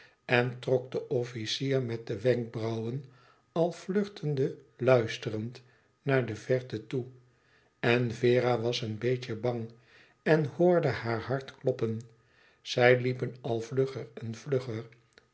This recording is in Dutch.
en trok de officier met de wenkbrauwen al flirtende luisterend naar de verte toe en vera was een beetje bang en hoorde haar hart kloppen zij liepen al vlugger en vlugger